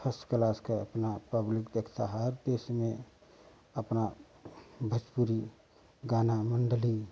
first class का अपना public देखता है अब देश में अपना भोजपुरी गाना मंडली